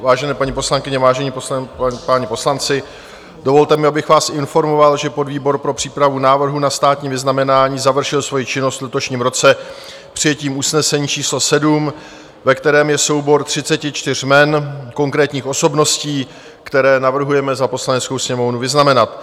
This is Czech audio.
Vážené paní poslankyně, vážení páni poslanci, dovolte mi, abych vás informoval, že podvýbor pro přípravu návrhů na státní vyznamenání završil svoji činnost v letošním roce přijetím usnesení číslo 7, ve kterém je soubor 34 jmen konkrétních osobností, které navrhujeme za Poslaneckou sněmovnu vyznamenat.